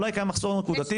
ושאולי קיים מחסור נקודתי,